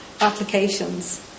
applications